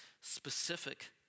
specific